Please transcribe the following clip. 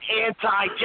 anti